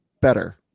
better